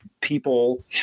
people